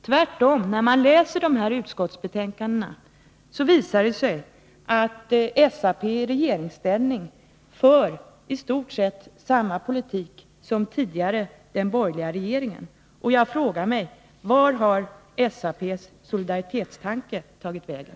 Tvärtom, när man läser dessa utskottsbetänkanden, finner man att SAP i regeringsställning för i stort sett samma politik som tidigare den borgerliga regeringen. Jag frågar: Vart har SAP:s solidaritetstanke tagit vägen?